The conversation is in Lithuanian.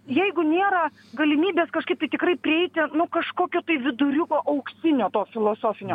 jeigu nėra galimybės kažkaip tai tikrai prieiti nu kažkokio viduriuko auksinio to filosofinio